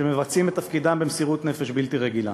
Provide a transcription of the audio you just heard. שמבצעים את תפקידם במסירות נפש בלתי רגילה.